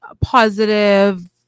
positive